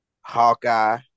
Hawkeye